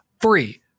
free